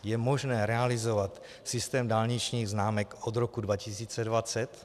Je možné realizovat systém dálničních známek od roku 2020?